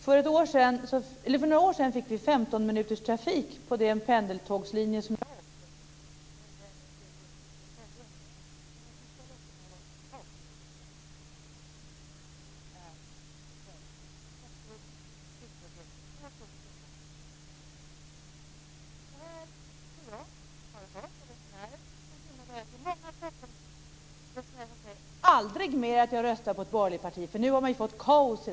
För några år sedan fick vi 15-minuterstrafik på den pendeltågslinje jag åker, nämligen söder ut mot Södertälje. Men de sista veckorna har det varit kaos. Nu är turtätheten två tåg i timman mot tidigare fyra.